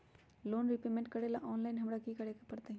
Loan repayment करेला online हमरा की करे के परतई?